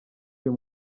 uyu